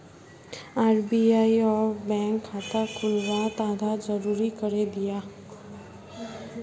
RBI अब bank खाता खुलवात आधार ज़रूरी करे दियाः